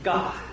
God